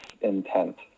intent